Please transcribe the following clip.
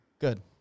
Good